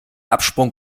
absprung